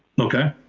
okay.